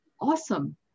awesome